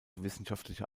wissenschaftlicher